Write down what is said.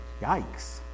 Yikes